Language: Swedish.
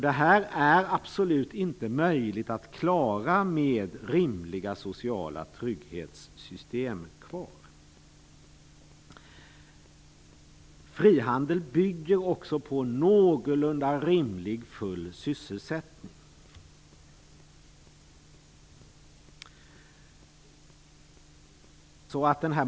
Det här är absolut inte möjligt att klara med rimliga sociala trygghetssystem kvar. Frihandel bygger också på full sysselsättning.